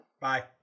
Bye